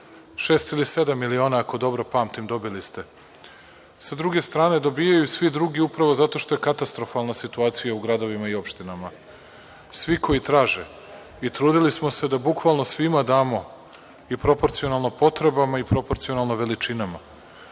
ili sedam miliona ako dobro pamtim. Sa druge strane, dobijaju i svi drugi upravo zato što je katastrofalna situacija u gradovima i opštinama. Svi koji traže i trudili smo se da bukvalno svima damo i proporcionalno potrebama i proporcionalno veličinama.